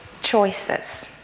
Choices